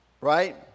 Right